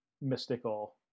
mystical